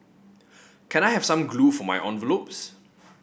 can I have some glue for my envelopes